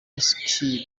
ice